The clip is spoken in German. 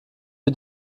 für